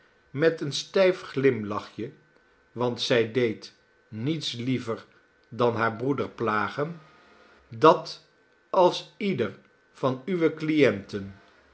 met een stijf glimlachje want zij deed niets liever dan haar broeder plagen dat als ieder van uwe clienten